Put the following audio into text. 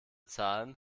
zahlen